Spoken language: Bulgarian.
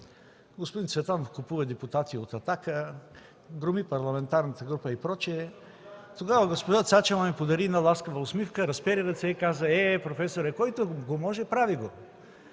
господин Цветанов купува депутати от „Атака”, громи парламентарната група и прочее. Тогава госпожа Цачева ми подари една лъскава усмивка, разпери ръце и каза: „Е-е-е, професоре, който го може – прави го”.